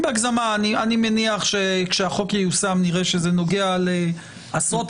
אני מבקש לקבל מסמך כתוב של הרשות על המשמעויות